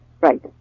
Right